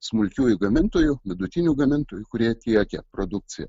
smulkiųjų gamintojų vidutinių gamintojų kurie tiekia produkciją